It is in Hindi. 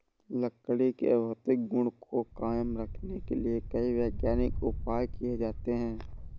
लकड़ी के भौतिक गुण को कायम रखने के लिए कई वैज्ञानिक उपाय किये जाते हैं